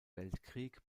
weltkrieg